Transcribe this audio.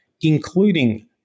including